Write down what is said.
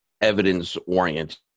evidence-oriented